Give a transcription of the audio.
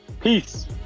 Peace